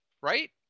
Right